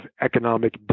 economic